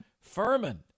Furman